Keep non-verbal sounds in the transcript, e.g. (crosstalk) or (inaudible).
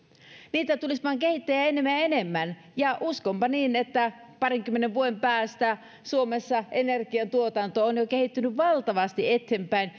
niitä tulisi vain kehittää enemmän ja enemmän uskonpa niin että parinkymmenen vuoden päästä suomessa energiantuotanto on jo kehittynyt valtavasti eteenpäin (unintelligible)